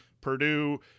Purdue